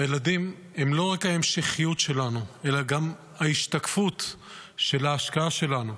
הילדים הם לא רק ההמשכיות שלנו אלא גם ההשתקפות של ההשקעה שלנו,